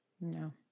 No